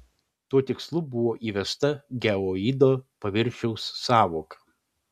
tuo tikslu buvo įvesta geoido paviršiaus sąvoka